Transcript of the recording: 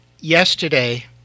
yesterday